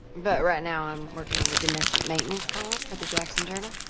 but right now, i'm working on a domestic maintenance column for the jackson journal